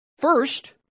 First